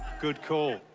good call.